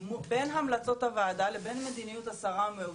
בין המלצות הוועדה לבין מדיניות השרה המעודכנת,